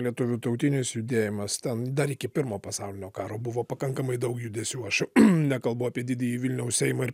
lietuvių tautinis judėjimas ten dar iki pirmo pasaulinio karo buvo pakankamai daug judesių aš jau nekalbu apie didįjį vilniaus seimą ir